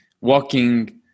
walking